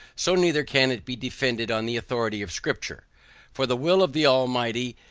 so neither can it be defended on the authority of scripture for the will of the almighty,